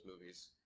movies